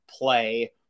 play